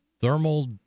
thermal